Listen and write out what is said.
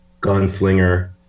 Gunslinger